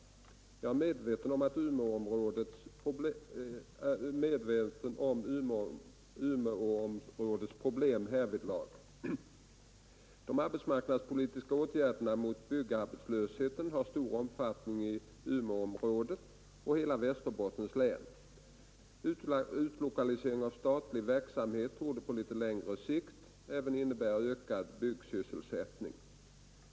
Jag är medveten om Umeåområdets problem härvidlag. De arbetsmarknadspolitiska åtgärderna mot byggarbetslösheten har stor omfattning i Umeåområdet och i hela Västerbottens län. Utlokaliseringen av statlig verksamhet torde på litet längre sikt även innebära ökad byggsysselsättning.